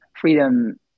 Freedom